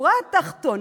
ובשורה התחתונה,